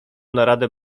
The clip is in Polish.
naradę